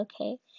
okay